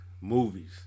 Movies